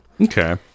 Okay